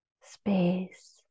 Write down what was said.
space